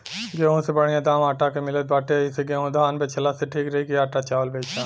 गेंहू से बढ़िया दाम आटा के मिलत बाटे एही से गेंहू धान बेचला से ठीक रही की आटा चावल बेचा